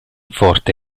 forte